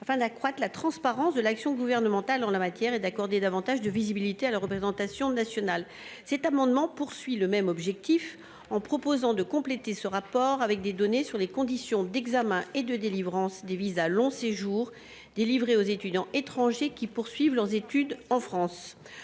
afin d’accroître la transparence de l’action gouvernementale en la matière et d’accorder davantage de visibilité à la représentation nationale. Cet amendement a le même objectif : compléter le rapport avec des données sur les conditions d’examen et de délivrance des visas long séjour aux étudiants étrangers qui poursuivent leurs études en France.